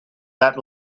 that